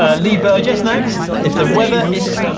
ah leeburgess next. if the weather is.